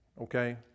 Okay